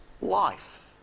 life